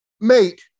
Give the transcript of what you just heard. mate